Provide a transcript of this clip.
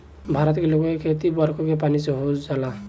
भारत के लोग के खेती त बरखे के पानी से हो जाला